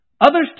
Others